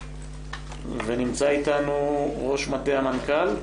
נמצא אתנו ראש מטה המנכ"ל.